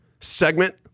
segment